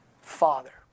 Father